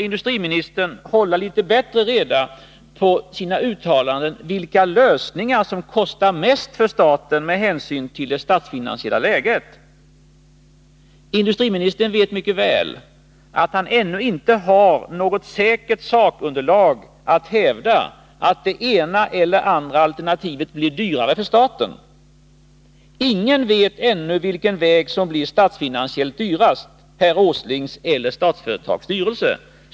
Industriministern bör också hålla litet bättre reda på sina uttalanden om vilka lösningar som kostar staten mest med hänsyn till det statsfinansiella läget. Industriministern vet mycket väl att han ännu inte har något säkert sakunderlag för att kunna hävda att det ena eller det andra alternativet blir dyrare för staten. Ingen vet ännu vilken väg som blir statsfinansiellt dyrast, herr Åslings eller Statsföretags styrelses.